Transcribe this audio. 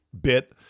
bit